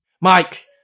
Mike